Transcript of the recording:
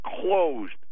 closed